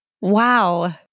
Wow